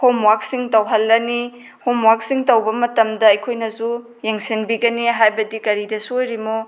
ꯍꯣꯝꯋ꯭ꯔꯛꯁꯤꯡ ꯇꯧꯍꯜꯂꯅꯤ ꯍꯣꯝꯋ꯭ꯔꯛꯁꯤꯡ ꯇꯧꯕ ꯃꯇꯝꯗ ꯑꯩꯈꯣꯏꯅꯁꯨ ꯌꯦꯡꯁꯤꯟꯕꯤꯒꯅꯤ ꯍꯥꯏꯕꯗꯤ ꯀꯔꯤꯗ ꯁꯣꯏꯔꯤꯃꯣ